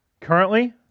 Currently